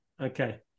Okay